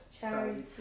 Charity